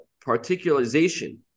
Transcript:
particularization